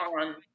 on